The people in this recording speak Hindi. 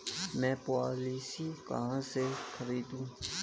मैं पॉलिसी कहाँ से खरीदूं?